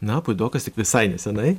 na puidokas tik visai nesenai